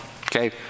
Okay